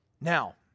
Now